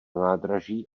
nádraží